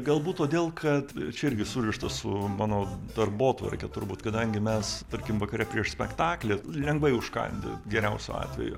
galbūt todėl kad čia irgi surišta su mano darbotvarke turbūt kadangi mes tarkim vakare prieš spektaklį lengvai užkandi geriausiu atveju